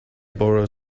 borrow